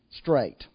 straight